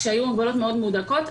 כשהיו הגבלות מאוד מהודקות,